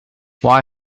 why